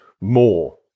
more